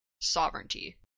sovereignty